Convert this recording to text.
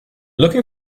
looking